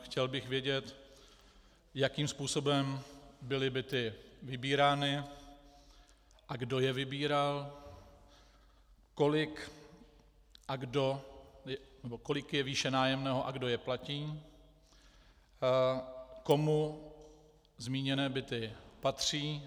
Chtěl bych vědět, jakým způsobem byly byty vybírány a kdo je vybíral, kolik je výše nájemného a kdo je platí, komu zmíněné byty patří.